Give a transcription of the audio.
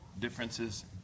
differences